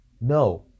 no